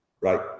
Right